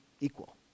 equal